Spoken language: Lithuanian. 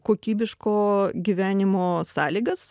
kokybiško gyvenimo sąlygas